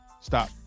Stop